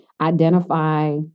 identify